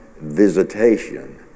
visitation